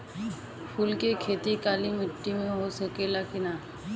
फूल के खेती काली माटी में हो सकेला की ना?